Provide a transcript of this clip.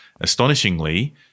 astonishingly